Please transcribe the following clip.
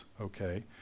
okay